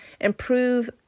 improve